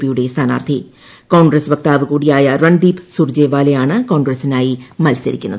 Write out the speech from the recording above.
പിയുടെ സ്ഥാനാർഥികോൺഗ്രസ് വക്താവ് കൂടിയായ രൺദീപ് സുർജേവാലയാണ് ക്ടോൺഗ്രസിനായി മത്സരിക്കുന്നത്